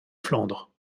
flandre